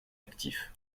actifs